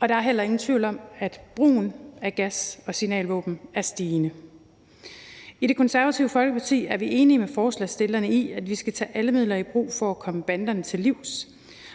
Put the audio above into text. Og der er heller ingen tvivl om, at brugen af gas- og signalvåben er stigende. I Det Konservative Folkeparti er vi enige med forslagsstillerne i, at vi skal tage alle midler i brug for at komme banderne til livs,